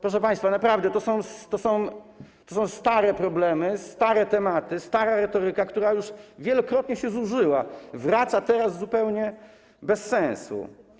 Proszę państwa, naprawdę to są stare problemy, stare tematy, stara retoryka, która już wielokrotnie się zużyła, wraca teraz zupełnie bez sensu.